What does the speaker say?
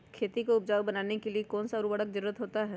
खेती को उपजाऊ बनाने के लिए कौन कौन सा उर्वरक जरुरत होता हैं?